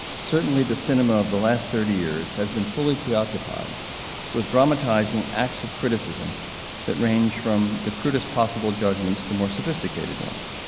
certainly the cinema of the last thirty years has been fully preoccupied with dramatizing acts of criticism that range from the crudest possible possible judgments to more sophisticated ones.